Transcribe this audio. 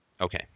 Okay